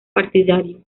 partidario